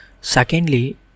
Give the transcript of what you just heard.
Secondly